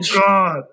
God